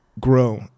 grow